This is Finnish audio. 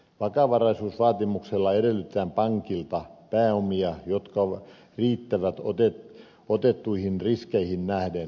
vakavaraisuusvaatimuksella edellytetään pankilta pääomia jotka riittävät otettuihin riskeihin nähden